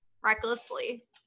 recklessly